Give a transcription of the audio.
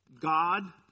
God